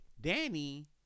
Danny